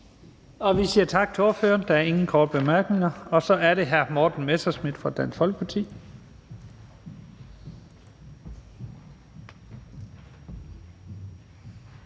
Vi siger tak til ordføreren. Der er ingen korte bemærkninger, og så er det hr. Morten Messerschmidt fra Dansk Folkeparti.